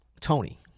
tony